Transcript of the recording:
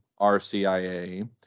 RCIA